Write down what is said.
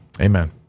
amen